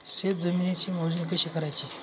शेत जमिनीची मोजणी कशी करायची?